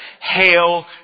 Hail